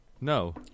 No